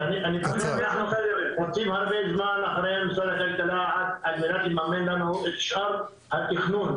מחכים הרבה זמן אחרי משרד הכלכלה על מנת לממן לנו את שאר התכנון,